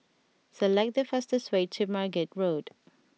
select the fastest way to Margate Road